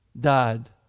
died